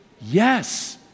Yes